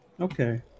okay